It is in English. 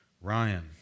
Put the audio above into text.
Ryan